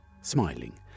smiling